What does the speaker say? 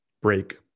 break